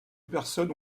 personnes